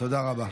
תודה רבה.